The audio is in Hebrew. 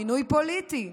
מינוי פוליטי,